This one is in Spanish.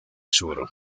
sur